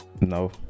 no